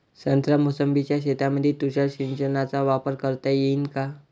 संत्रा मोसंबीच्या शेतामंदी तुषार सिंचनचा वापर करता येईन का?